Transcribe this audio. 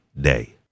Day